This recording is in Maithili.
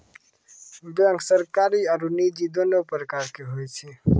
बेंक सरकारी आरो निजी दोनो प्रकार के होय छै